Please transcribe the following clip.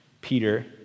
Peter